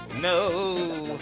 No